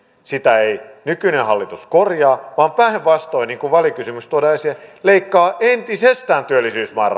sitä ei nykyinen hallitus korjaa vaan päinvastoin niin kuin välikysymyksessä tuotiin esille leikkaa entisestään työllisyysmäärärahoja vai